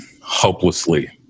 hopelessly